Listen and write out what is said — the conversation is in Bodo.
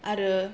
आरो